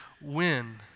win